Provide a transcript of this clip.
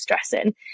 stressing